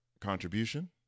contribution